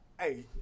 hey